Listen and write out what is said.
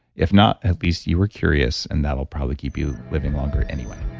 if not, at least you were curious and that'll probably keep you living longer anyway